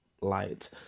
Light